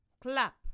clap